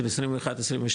של 21-22,